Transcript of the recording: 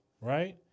right